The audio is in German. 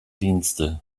dienste